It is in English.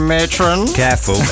Careful